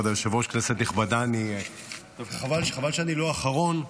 כבוד היושב-ראש, כנסת נכבדה, חבל שאני לא אחרון,